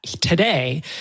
today